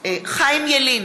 חיים ילין,